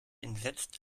entsetzt